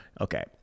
Okay